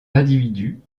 individus